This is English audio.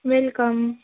welcome